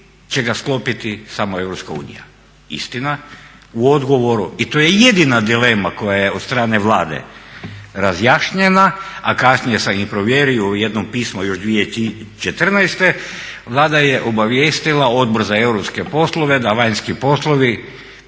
će ga sklopiti samo EU. Istina, u odgovoru i to je jedina dilema koja je od strane Vlade razjašnjena a kasnije sam i provjerio u jednom pismu još 2014. Vlada je obavijestila Odbor za europske poslove da vanjski poslovi